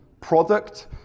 product